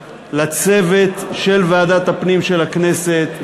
לצוות של ועדת הפנים של הכנסת,